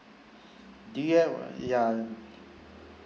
do you have uh ya